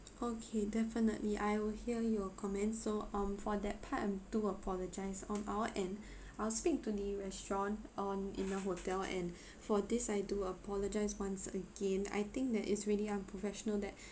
okay definitely I will hear your comments so um for that part I do apologise on our end I'll speak to the restaurant on in the hotel and for this I do apologise once again I think that is really unprofessional that